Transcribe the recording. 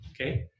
Okay